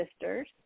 sisters